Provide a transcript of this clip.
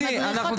המדריכות,